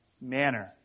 manner